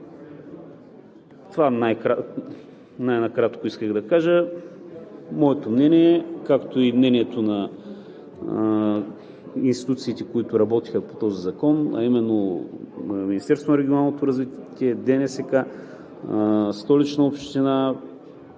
Това е накратко, което исках да кажа. Моето мнение, както и мнението на институциите, които работиха по този закон, а именно Министерството на регионалното развитие, ДНСК, Столична община,